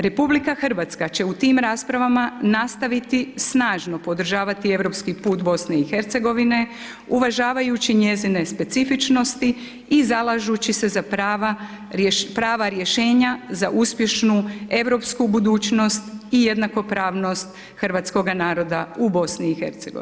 RH će u tim raspravama nastaviti snažno podržavati europski put BIH, uživajući njezine specifičnosti i zalažujući se za prava rješenja za uspješnu europsku budućnost i jednakopravnost Hrvatskoga naroda u BIH.